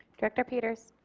director peters